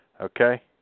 Okay